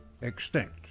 extinct